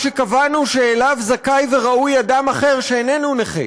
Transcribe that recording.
שקבענו שזכאי וראוי לו אדם אחר שאיננו נכה.